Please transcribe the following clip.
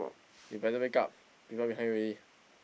you better wake up people behind you already